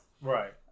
Right